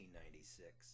1996